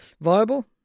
Viable